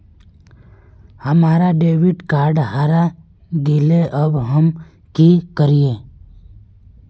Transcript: हमर debit card हरा गेले अब हम की करिये?